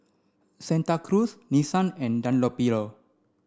Santa Cruz Nissan and Dunlopillo